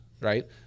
Right